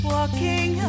Walking